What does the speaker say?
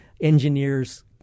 engineers